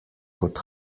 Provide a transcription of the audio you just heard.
kot